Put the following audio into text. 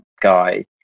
guy